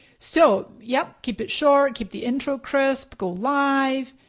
so yep, keep it short, keep the intro crisp, go live.